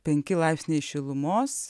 penki laipsniai šilumos